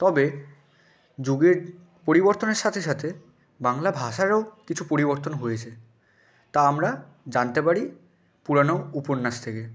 তবে যুগের পরিবর্তনের সাথে সাথে বাংলা ভাষারও কিছু পরিবর্তন হয়েছে তা আমরা জানতে পারি পুরানো উপন্যাস থেকে